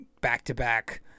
back-to-back